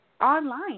online